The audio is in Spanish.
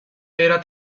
era